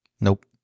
Nope